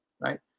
right